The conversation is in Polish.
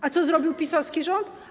A co zrobił PiS-owski rząd?